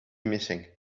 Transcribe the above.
missing